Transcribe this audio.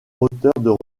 moteurs